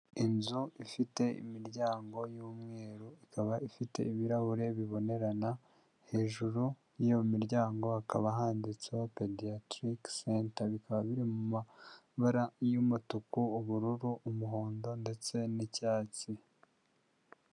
Inzu ifite imiryango y'umweru ikaba ifite ibirahure bibonerana hejuru y'iyo miryango hakaba handitseho pediyatirike senta bikaba biri mabara y'umutuku ,ubururu, umuhondo ndetse n'icyatsi.